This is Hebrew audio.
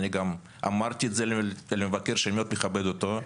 אני גם אמרתי את זה למבקר שאני מאוד מכבד אותו,